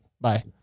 Bye